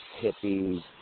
hippies